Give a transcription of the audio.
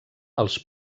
els